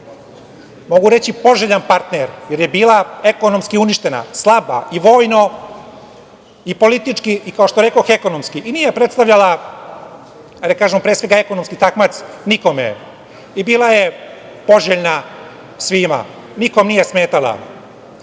mogu reći, poželjan partner jer je bila ekonomski uništena, slaba i vojno i politički, i kao što rekoh, ekonomski, i nije predstavljala, da kažem, pre svega, ekonomski takmac nikome. Bila je poželjna svima, nikom nije